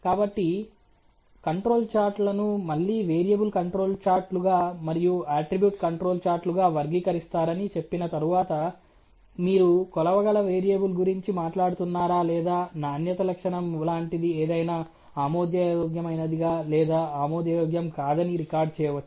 కాబట్టి కంట్రోల్ చార్ట్లను మళ్లీ వేరియబుల్ కంట్రోల్ చార్ట్ లుగా మరియు అట్రిబ్యూట్ కంట్రోల్ చార్ట్ లుగా వర్గీకరిస్తారని చెప్పిన తరువాత మీరు కొలవగల వేరియబుల్ గురించి మాట్లాడుతున్నారా లేదా నాణ్యత లక్షణం లాంటిది ఏదైనా ఆమోదయోగ్యమైనదిగా లేదా ఆమోదయోగ్యం కాదని రికార్డ్ చేయవచ్చు